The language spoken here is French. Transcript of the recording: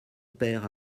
pere